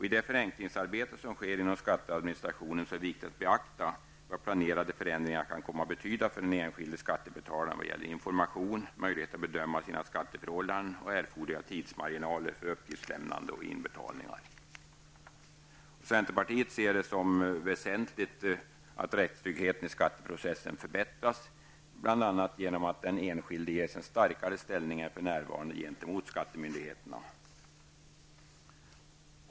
I det förenklingsarbete som sker inom skatteadministrationen är det viktigt att beakta vad planerade förändringar kan komma att betyda för den enskilde skattebetalaren vad gäller information, möjligheter att bedöma de egna skatteförhållandena och erforderliga tidsmarginaler för uppgiftslämnande och inbetalningar. Centerpartiet ser det som väsentligt att rättstryggheten i skatteprocessen förbättras bl.a. genom att den enskilde ges en starkare ställning än för närvarande gentemot skattemyndigheterna.